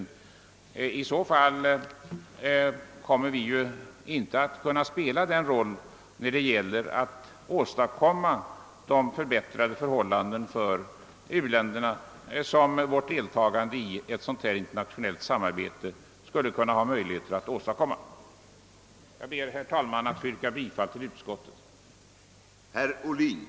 Om vi gjorde det, skulle vi inte kunna spela den roll för att åstadkomma de förbättrade förhållanden för u-länderna som vårt deltagande i ett internationellt samarbete skulle kunna medföra. Jag ber, herr talman, att få yrka bifall till utskottets förslag.